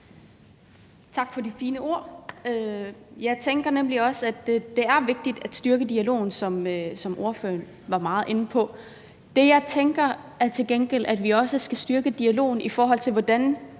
Tak for de fine ord. Jeg tænker nemlig også, at det er vigtigt at styrke dialogen, sådan som ordføreren var meget inde på. Det, jeg til gengæld også tænker i forhold til at